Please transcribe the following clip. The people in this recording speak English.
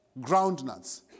groundnuts